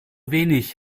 wenig